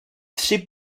tři